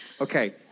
Okay